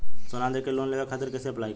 सोना देके लोन लेवे खातिर कैसे अप्लाई करम?